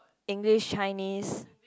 English Chinese